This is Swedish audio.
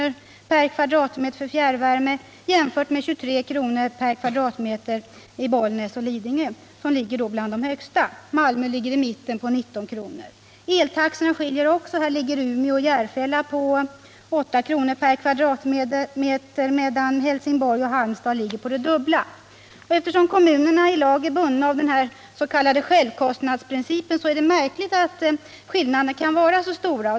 per kvaeltaxorna m.m. dratmeter för fjärrvärme, jämfört med 23 kr. per kvadratmeter för Bollnäs och Lidingö som tillhör dem som har de högsta. Malmö ligger i mitten med 19 kr. per kvadratmeter. Eltaxorna skiljer sig också. Här ligger Umeå och Järfälla på 8 kr. per kvadratmeter medan Helsingborg och Halmstad ligger på det dubbla. Eftersom kommunerna i lag är bundna av den s.k. självkostnadsprincipen är det märkligt att skillnaderna kan vara så stora.